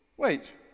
Wait